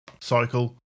Cycle